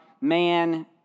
man